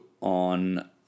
on